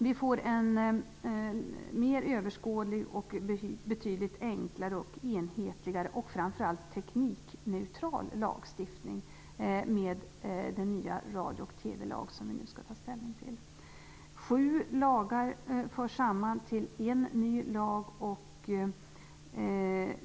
Vi får en mer överskådlig, betydligt enklare, enhetligare och framför allt teknikneutral lagstiftning med den nya radio och TV-lag som vi nu skall ta ställning till. Sju lagar förs samman till en ny lag.